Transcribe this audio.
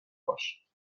باش